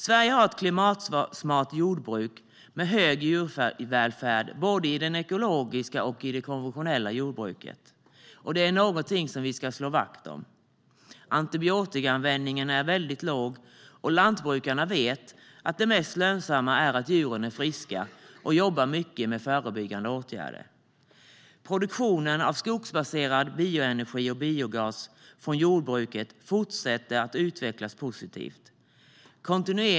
Sverige har ett klimatsmart jordbruk med hög djurvälfärd både i det ekologiska och i det konventionella jordbruket, och det är något som vi ska slå vakt om. Antibiotikaanvändningen är väldigt låg. Lantbrukarna vet att det mest lönsamma är att djuren är friska, och de jobbar mycket med förebyggande åtgärder. Produktionen av skogsbaserad bioenergi och biogas från jordbruket fortsätter att utvecklas positivt.